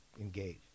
engage